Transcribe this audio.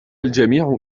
الجميع